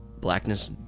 blackness